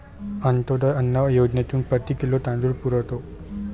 अंत्योदय अन्न योजनेतून प्रति किलो तांदूळ पुरवतो